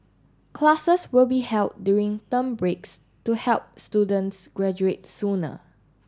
classes will be held during term breaks to help students graduate sooner